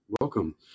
welcome